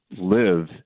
live